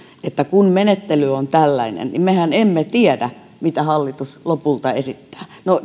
että kun menettely on tällainen niin mehän emme tiedä mitä hallitus lopulta esittää no